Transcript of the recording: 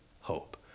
hope